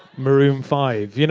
maroon five, you know